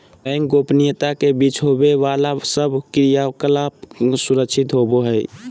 bank गोपनीयता के बीच होवे बाला सब क्रियाकलाप सुरक्षित होवो हइ